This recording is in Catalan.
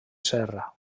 serra